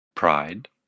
pride